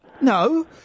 no